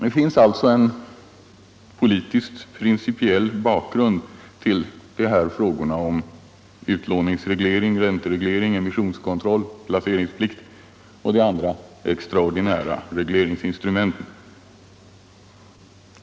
Det finns alltså en politiskt principiell bakgrund till frågorna om utlåningsreglering, räntereglering, emissionskontroll, placeringsplikt och de andra extraordinära regleringsinstrumenten.